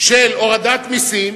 של הורדת מסים,